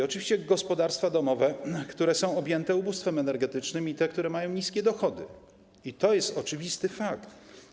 Oczywiście gospodarstwa domowe, które są dotknięte ubóstwem energetycznym, i te, które mają niskie dochody, i to jest fakt.